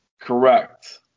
Correct